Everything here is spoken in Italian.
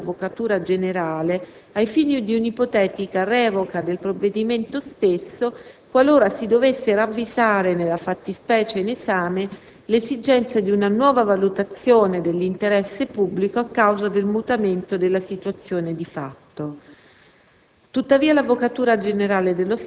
potrebbe tuttavia rilevare - a giudizio dell'Avvocatura generale - ai fini di una ipotetica revoca dei provvedimento stesso, qualora si dovesse ravvisare nella fattispecie in esame l'esigenza di una nuova valutazione dell'interesse pubblico a causa del mutamento della situazione di fatto.